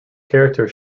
character